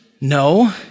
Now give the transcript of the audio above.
No